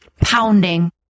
pounding